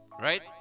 right